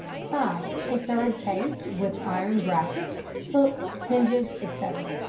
five. a third case with iron brackets, hooks, hinges, etc.